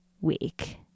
week